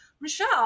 Michelle